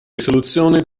risoluzione